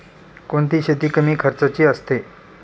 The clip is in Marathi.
कोणती शेती कमी खर्चाची असते?